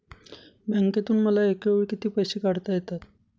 बँकेतून मला एकावेळी किती पैसे काढता येतात?